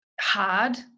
Hard